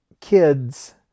kids